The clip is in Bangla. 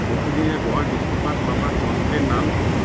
প্রতিদিনের গড় বৃষ্টিপাত মাপার যন্ত্রের নাম কি?